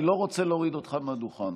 אני לא רוצה להוריד אותך מהדוכן.